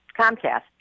Comcast